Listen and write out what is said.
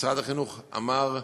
משרד החינוך אמר: